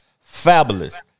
Fabulous